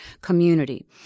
community